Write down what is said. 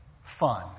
fun